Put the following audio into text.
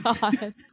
God